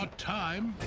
um time